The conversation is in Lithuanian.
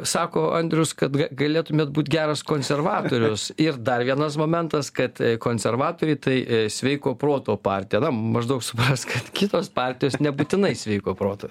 sako andrius kad galėtumėt būt geras konservatorius ir dar vienas momentas kad konservatoriai tai sveiko proto partija na maždaug suprask kad kitos partijos nebūtinai sveiko proto